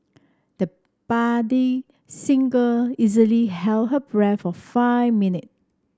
the budding singer easily held her breath for five minute